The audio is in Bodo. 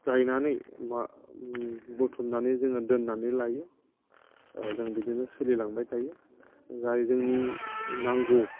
गायनानै बुथुमनानै जोङो दोननानै लायो जों बिदिनो सोलिलांबाय थायो जाय जोंनि नांगौ